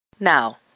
Now